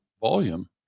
volume